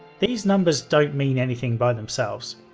these numbers don't mean anything by themselves.